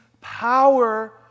power